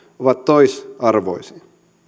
ovat toisarvoisia